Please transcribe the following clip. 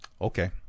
Okay